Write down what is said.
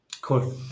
Cool